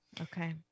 Okay